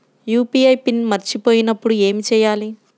UPI PIN మరచిపోయినప్పుడు ఏమి చేయాలి?